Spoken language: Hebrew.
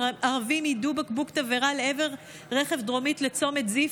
ערבים יידו בקבוק תבערה דרומית לצומת זיף.